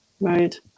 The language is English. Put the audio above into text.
Right